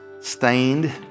stained